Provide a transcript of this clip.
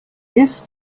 ist